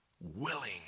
willing